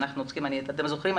אם אתם זוכרים,